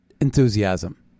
enthusiasm